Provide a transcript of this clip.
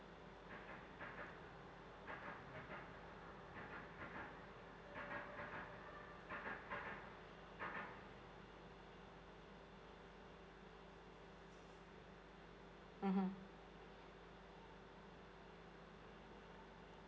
mmhmm